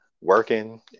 working